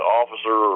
officer